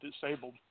disabled